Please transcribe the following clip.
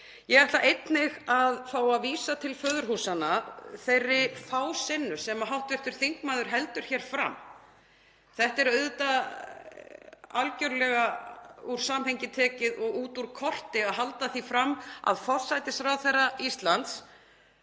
Ég ætla einnig að fá að vísa til föðurhúsanna þeirri fásinnu sem hv. þingmaður heldur hér fram. Þetta er auðvitað algerlega úr samhengi tekið og út úr korti að halda því fram að forsætisráðherra Íslands